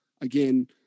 again